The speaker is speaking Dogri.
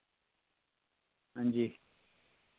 हांजी